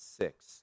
six